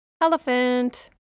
Elephant